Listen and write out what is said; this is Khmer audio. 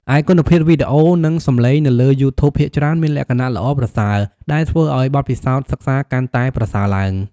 ឯគុណភាពវីដេអូ និងសំឡេងនៅលើ យូធូប ភាគច្រើនមានលក្ខណៈល្អប្រសើរ ដែលធ្វើឲ្យបទពិសោធន៍សិក្សាកាន់តែប្រសើរឡើង។